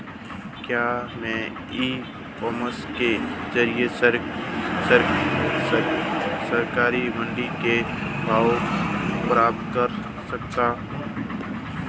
क्या मैं e commerce के ज़रिए सरकारी मंडी के भाव पता कर सकता हूँ?